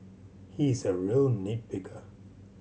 he is a real nit picker